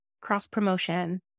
cross-promotion